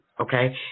Okay